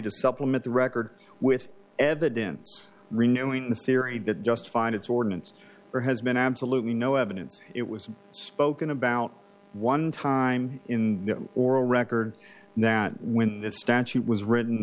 to supplement the record with evidence renewing the theory that just fine it's ordinance there has been absolutely no evidence it was spoken about one time in the oral record now that when this statute was written